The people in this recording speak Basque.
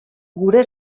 gure